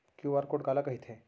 QR code काला कहिथे?